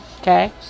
okay